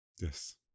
Yes